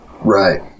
Right